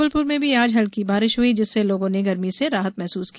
जबलपुर में भी आज हल्की बारिश हुई जिससे लोगों ने गर्मी से राहत महसूस की